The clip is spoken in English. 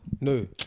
no